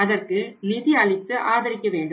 அதற்கு நிதி அளித்து ஆதரிக்க வேண்டும்